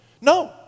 no